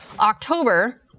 October